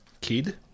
kid